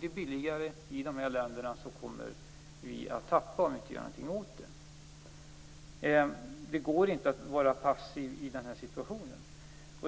det billigare i dessa länder kommer vi att förlora på det, om vi inte gör någonting åt det. Det går inte att vara passiv i den här situationen.